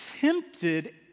tempted